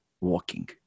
walking